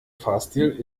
fahrstil